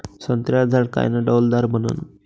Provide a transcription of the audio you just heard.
संत्र्याचं झाड कायनं डौलदार बनन?